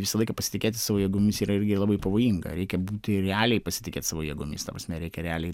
visą laiką pasitikėti savo jėgomis yra irgi labai pavojinga reikia būti realiai pasitikėt savo jėgomis ta prasme reikia realiai